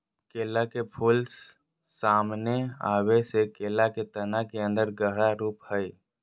केला के फूल, सामने आबे से केला के तना के अन्दर गहरा रूप हइ